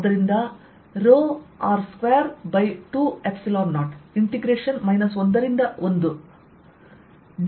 ಆದ್ದರಿಂದ R220 integration 1 ರಿಂದ 1 d cos θ